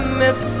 miss